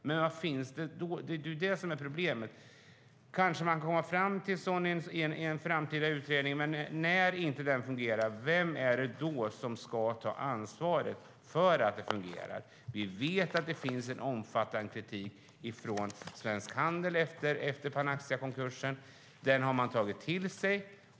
Men när den inte fungerar, vem ska då ta ansvar? Det kanske man kommer fram till i en framtida utredning. Vi vet att det kom omfattande kritik från Svensk Handel efter Panaxiakonkursen. Den har man tagit till sig.